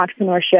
entrepreneurship